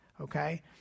Okay